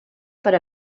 per